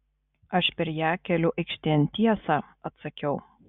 aš per ją keliu aikštėn tiesą atsakiau